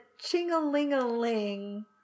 ching-a-ling-a-ling